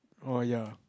orh ya